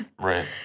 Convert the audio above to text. Right